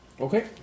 Okay